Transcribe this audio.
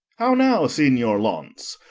how now, signior launce!